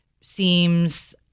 seems